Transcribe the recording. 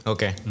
Okay